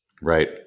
Right